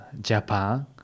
Japan